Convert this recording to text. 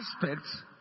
aspects